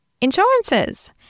Insurances